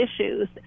issues